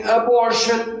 abortion